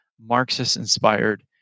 Marxist-inspired